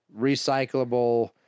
recyclable